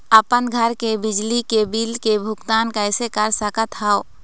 अपन घर के बिजली के बिल के भुगतान कैसे कर सकत हव?